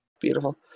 Beautiful